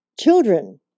children